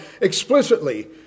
explicitly